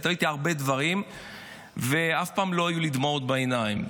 ראיתי הרבה דברים ואף פעם לא היו לי דמעות בעיניים.